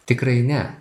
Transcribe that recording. tikrai ne